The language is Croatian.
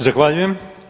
Zahvaljujem.